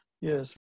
Yes